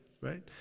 right